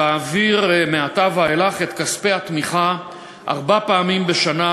תעביר מעתה ואילך את כספי התמיכה ארבע פעמים בשנה,